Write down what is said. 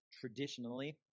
traditionally